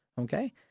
Okay